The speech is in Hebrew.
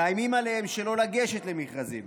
מאיימים עליהם שלא לגשת למכרזים.